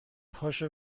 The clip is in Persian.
پاشو